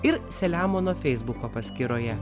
ir selemono feisbuko paskyroje